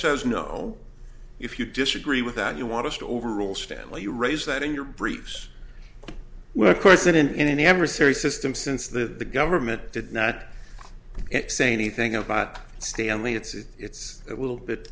says no if you disagree with that you want us to overrule stanley you raise that in your briefs well of course and in any adversary system since the government did not it say anything about stanley it's a little bit